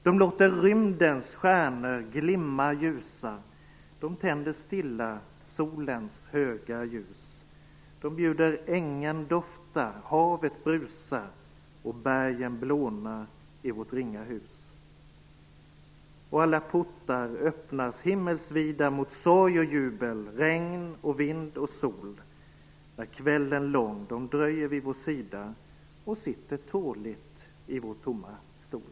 De låter rymdens stjärnor glimma ljusa, de tänder stilla solens höga ljus, de bjuder ängen dofta, havet brusa och bergen blåna i vårt ringa hus. Och alla portar öppnas himmelsvida mot sorg och jubel, regn och vind och sol när kvällen lång de dröjer vid vår sida och sitter tåligt i vår tomma stol.